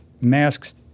masks